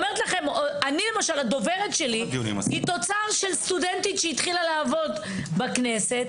למשל הדוברת שלי היא תוצר של סטודנטית שהתחילה לעבוד בכנסת,